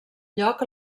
lloc